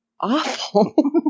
awful